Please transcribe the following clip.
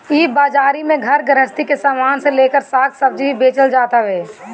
इ बाजारी में घर गृहस्ती के सामान से लेकर साग सब्जी भी बेचल जात हवे